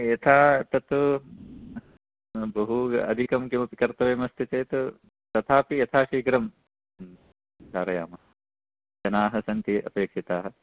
यथा तत् बहु अधिकं किमपि कर्तव्यम् अस्ति चेत् तथापि यथा शीघ्रं कारयामः जनाः सन्ति अपेक्षिताः